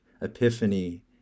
epiphany